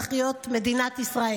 הרשויות צריכות את הכסף,